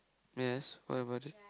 yes what about it